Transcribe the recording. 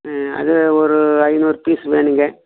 ம் அதில் ஒரு ஐநூறு பீஸ் வேணும்ங்க